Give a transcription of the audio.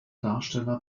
darsteller